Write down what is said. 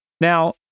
Now